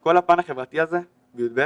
שכל הפן החברתי הזה ב-י"ב,